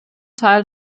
teil